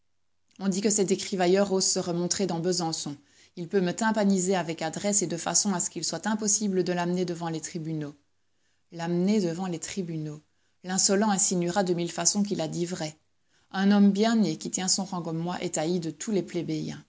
on dit que cet écrivailleur ose se remontrer dans besançon il peut me tympaniser avec adresse et de façon à ce qu'il soit impossible de l'amener devant les tribunaux l'amener devant les tribunaux l'insolent insinuera de mille façons qu'il a dit vrai un homme bien né qui tient son rang comme moi est haï de tous les